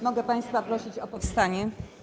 Mogę państwa prosić o powstanie?